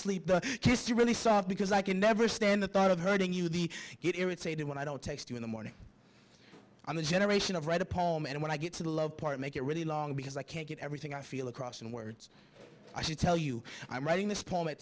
sleep kiss you really soft because i can never stand the thought of hurting you the get irritated when i don't text you in the morning on the generation of read a poem and when i get to the love part make it really long because i can't get everything i feel across in words i should tell you i'm writing this po